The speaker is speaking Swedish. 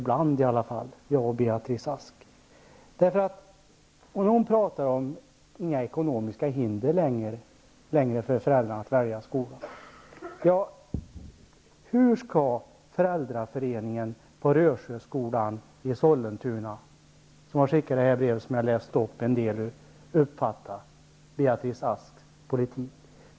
Beatrice Ask pratar om att det inte längre skall finnas några ekonomiska hinder för föräldrarna att välja skola. Hur skall föräldraföreningen på Rösjöskolan i Sollentuna -- som har skickat det brev som jag läste ur -- uppfatta Beatrice Asks politik.